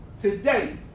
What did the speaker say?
Today